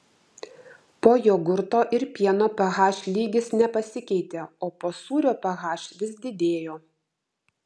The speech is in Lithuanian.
po jogurto ir pieno ph lygis nepasikeitė o po sūrio ph vis didėjo